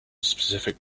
specific